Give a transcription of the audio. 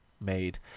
made